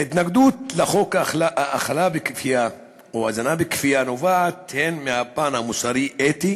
ההתנגדות לחוק האכלה בכפייה או הזנה בכפייה נובעת הן מהפן המוסרי-אתי